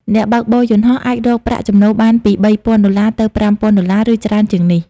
អ្នកបើកបរយន្តហោះអាចរកប្រាក់ចំណូលបានពី ៣,០០០ ដុល្លារ ទៅ ៥,០០០ ដុល្លារ ឬច្រើនជាងនេះ។